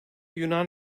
yunan